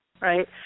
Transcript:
right